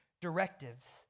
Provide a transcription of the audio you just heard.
directives